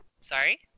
sorry